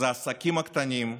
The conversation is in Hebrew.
אז העסקים הקטנים,